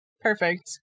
Perfect